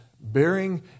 bearing